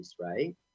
right